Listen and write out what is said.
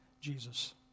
Jesus